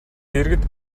дэргэд